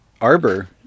arbor